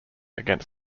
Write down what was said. against